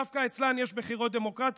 דווקא אצלן יש בחירות דמוקרטיות,